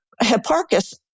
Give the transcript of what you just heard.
Hipparchus